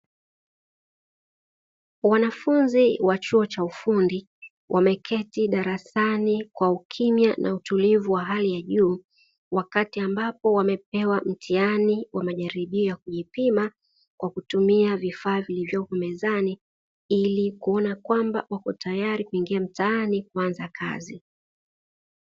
Wanafunzi wa chuo cha ufundi wameketi darasani kwa ukimya na utulivu wa hali ya juu wakati ambapo wamepewa mtihani wa majaribio ya kujipima kwa kutumia vifaa vilivyopo mezani ilikuona kwamba wako tayari kuingia mtaani kuanza kazi.